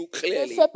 clearly